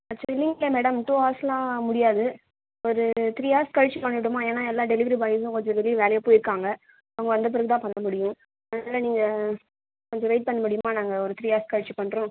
madam two ஹார்ஸ்லாம் முடியாது ஒரு த்ரீ ஹார்ஸ் கழிச்சு பண்ணட்டுமா ஏன்னால் எல்லா டெலிவரி பாயுமு கொஞ்சம் வெளிய வேலையா போயிருக்காங்க அவங்க வந்த பிறகுதான் பண்ண முடியும் அதனால் நீங்கள் கொஞ்சம் வெயிட் பண்ண முடியுமா நாங்கள் ஒரு த்ரீ ஹார்ஸ் கழிச்சு பண்ணுறோம்